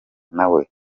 nawe